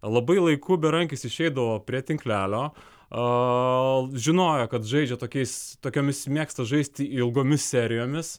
labai laiku berankis išeidavo prie tinklelio žinojo kad žaidžia tokiais tokiomis mėgsta žaisti ilgomis serijomis